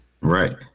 Right